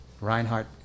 Reinhardt